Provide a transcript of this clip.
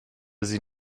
sie